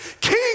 King